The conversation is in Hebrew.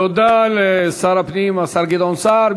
תודה לשר הפנים, השר גדעון סער.